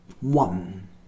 One